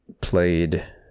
played